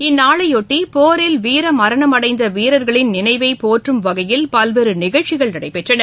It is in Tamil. இந்நாளையொட்டி போரில் வீரமரணம் அடைந்த வீரர்களின் நினைவை போற்றும் வகையில் பல்வேறு நிகழ்ச்சிகள் நடைபெற்றன